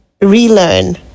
relearn